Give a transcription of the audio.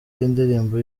y’indirimbo